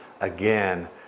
again